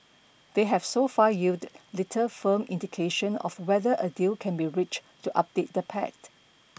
they have so far yielded little firm indication of whether a deal can be reached to update the pact